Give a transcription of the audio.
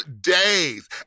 days